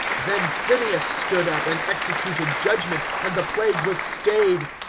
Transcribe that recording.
then phineas stood up, and executed judgment, and the plague was stayed.